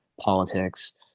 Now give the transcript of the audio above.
politics